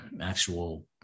actual